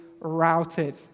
routed